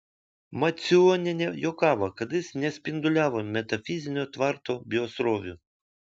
macionienė juokavo kad jis nespinduliavo metafizinio tvarto biosrovių